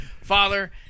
Father